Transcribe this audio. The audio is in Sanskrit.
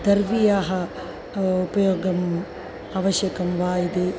दर्व्याः उपयोगम् आवश्यकं वा इति